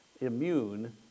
immune